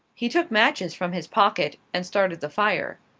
he took matches from his pocket and started the fire.